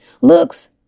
Looks